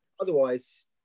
Otherwise